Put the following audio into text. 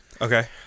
Okay